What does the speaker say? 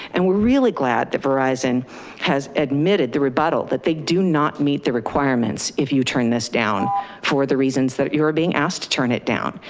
and we're really glad that verizon has admitted the rebuttal that they do not meet the requirements. if you turn this down for the reasons that you're being asked to turn it down,